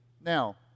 Now